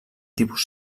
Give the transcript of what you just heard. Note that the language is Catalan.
tipus